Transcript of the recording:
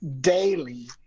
daily